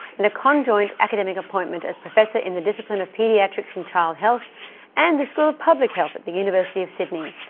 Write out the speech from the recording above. and a conjoined academic appointment as professor in the discipline of paediatrics and child health and the school of public health at the university of sydney.